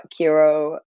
Kiro